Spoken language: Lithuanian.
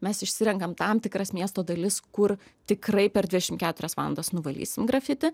mes išsirenkam tam tikras miesto dalis kur tikrai per dvidešim keturias valandas nuvalysim grafiti